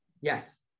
Yes